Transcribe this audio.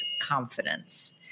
confidence